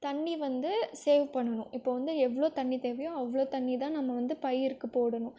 தண்ணீ வந்து சேவ் பண்ணனும் இப்போ வந்து எவ்வளோ தண்ணீ தேவையோ அவ்வளோ தண்ணீதான் நம்ம வந்து பயிருக்குப் போடணும்